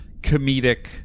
comedic